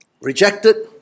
rejected